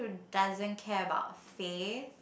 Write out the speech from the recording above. doesn't care about faith